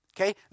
okay